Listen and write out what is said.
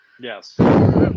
Yes